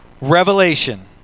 revelation